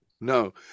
no